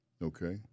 Okay